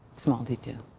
small detail?